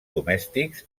domèstics